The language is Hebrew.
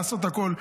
לעשות את הכול.